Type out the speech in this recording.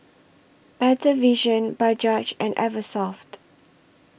Better Vision Bajaj and Eversoft